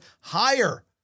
higher